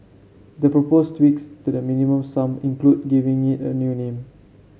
the proposed tweaks to the Minimum Sum include giving it a new name